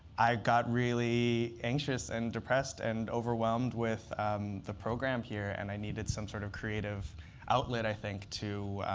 i got really anxious and depressed and overwhelmed with the program here. and i needed some sort of creative outlet, i think, to